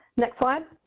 next slide.